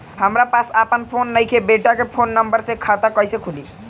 हमरा पास आपन फोन नईखे बेटा के फोन नंबर से खाता कइसे खुली?